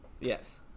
Yes